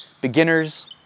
beginners